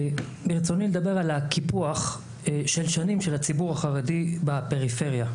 ברצוני לדבר על הקיפוח של שנים של הציבור החרדי בפריפריה,